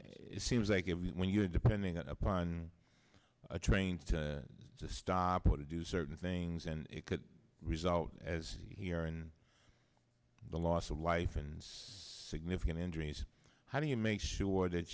it seems like if when you're depending upon a train to stop or to do certain things and it could result as here in the loss of life and significant injuries how do you make sure that